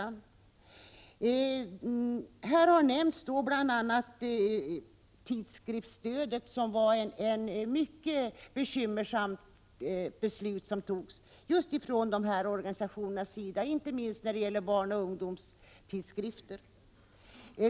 I debatten har nämnts bl.a. omläggningen av tidskriftsstödet som var ett beslut som innebar mycket bekymmer för just de här organisationerna — inte minst när det gäller barnoch ungdomstidskrifter.